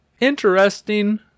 interesting